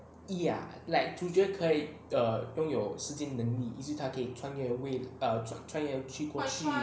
ya like 主角可以 err 拥有时间能力就是他可以穿越未穿穿越去过去